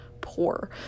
poor